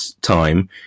time